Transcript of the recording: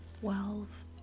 twelve